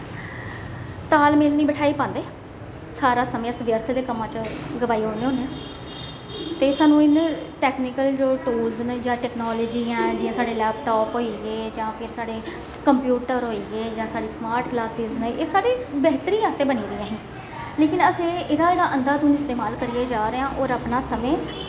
तालमेल नेईं बठ्हाई पांदे सारा समें अस ब्यर्थ दे कम्मै च गवाई ओड़ने होन्ने आं ते सानूं इन्ना टैक्नीकल जो टूल्स न जां टैक्नोलाजी ऐ जियां साढ़े लैपटाप होई गे जां फिर साढ़े कंप्यूटर होई गे जां साढ़ी स्मार्ट क्लासिस न एह् साढ़ी बेह्तरी आस्तै बनी दियां ही लेकिन असें एहदा जेह्ड़ा अंधाधुंद इस्तमाल करी जारदे हा होर अपना समें